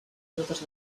totes